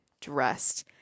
dressed